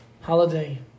holiday